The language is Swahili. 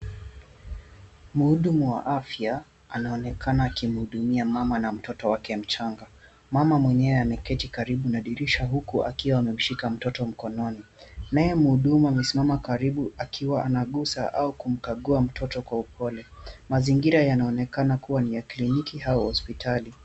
Mhudumu wa afya anaonekana akimhudumia mama na mtoto wake mchanga. Mama mwenyewe ameketi karibu na dirisha huku akiwa amemshika mtoto mkononi. Naye mhudumu amesimama karibu akiwa anagusa au kumkagua mtoto kwa upole. Mazingira yanaonekana kuwa ni ya kliniki au hospitali.